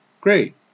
Great